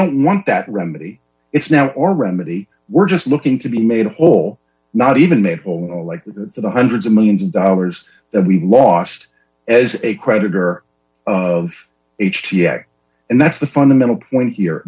don't want that remedy it's now or remedy we're just looking to be made whole not even made like the hundreds of millions of dollars that we lost as a creditor of h g a and that's the fundamental point here